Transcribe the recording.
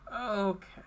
okay